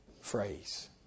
phrase